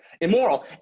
immoral